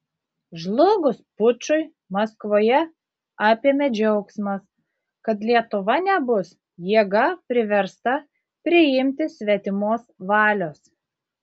žlugus pučui maskvoje apėmė džiaugsmas kad lietuva nebus jėga priversta priimti svetimos valios